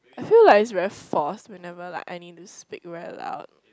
I feel like it's very forced whenever like I need to speak very loud